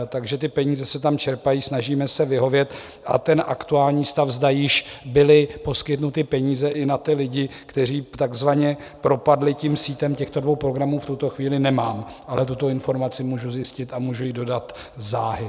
Takže ty peníze se tam čerpají, snažíme se vyhovět, a aktuální stav, zda již byly poskytnuty peníze i na lidi, kteří takzvaně propadli sítem těchto dvou programů, nemám, ale tuto informaci můžu zjistit a můžu ji dodat záhy.